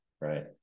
right